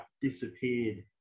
disappeared